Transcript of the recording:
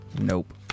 Nope